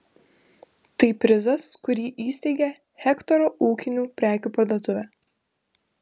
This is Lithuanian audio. tai prizas kurį įsteigė hektoro ūkinių prekių parduotuvė